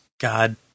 God